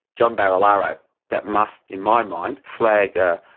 john barilaro that must, in my mind, flag a.